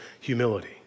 humility